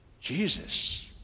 Jesus